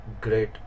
great